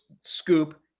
scoop